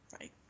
Right